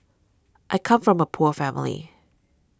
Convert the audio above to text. I come from a poor family